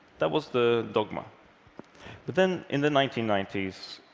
that was the dogma. but then, in the nineteen ninety s,